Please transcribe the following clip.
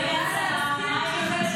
מה עם ארגון ידידים?